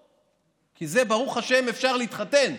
כי ברוך השם אפשר להתחתן,